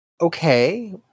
Okay